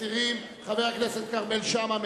חבר הכנסת כרמל שאמה,